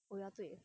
oh ya 对